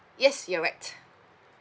yes you're right